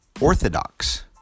orthodox